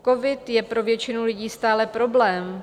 Covid je pro většinu lidí stále problém.